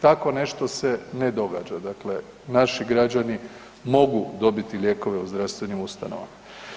Tako nešto se ne događa, dakle naši građani mogu dobiti lijekove u zdravstvenim ustanovama.